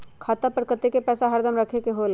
खाता पर कतेक पैसा हरदम रखखे के होला?